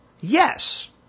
Yes